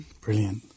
Brilliant